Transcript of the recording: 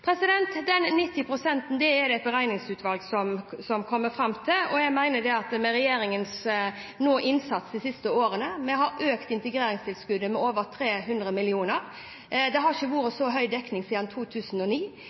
Den 90 pst.-en er det et beregningsutvalg som kommer fram til. Regjeringens innsats de siste årene har økt integreringstilskuddet med over 300 mill. kr, det har ikke vært så høy dekning siden 2009.